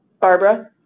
Barbara